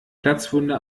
platzwunde